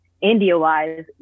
India-wise